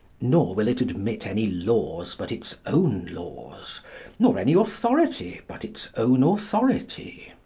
nor will it admit any laws but its own laws nor any authority but its own authority.